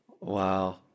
Wow